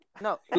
No